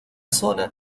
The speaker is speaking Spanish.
zona